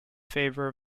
favour